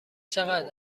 چقدر